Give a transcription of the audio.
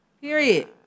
Period